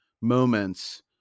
moments